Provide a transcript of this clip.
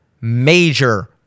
major